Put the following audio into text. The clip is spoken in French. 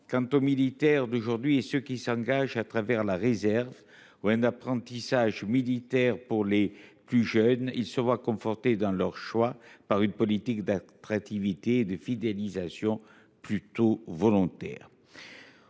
Quant aux militaires d'aujourd'hui et ceux qui s'engagent à travers la réserve ou un apprentissage militaire pour les plus jeunes, ils se voient confortés dans leur choix par une politique d'attractivité et de fidélisation plutôt volontaire.